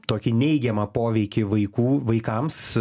tokį neigiamą poveikį vaikų vaikams